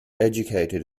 educated